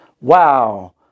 Wow